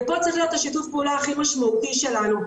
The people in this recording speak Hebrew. ופה צריך להיות השיתוף פעולה הכי משמעותי שלנו.